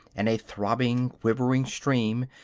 in a throbbing, quivering stream,